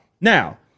Now